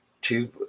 two